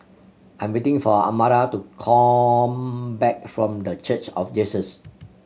I'm waiting for Amara to come back from The Church of Jesus